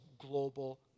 global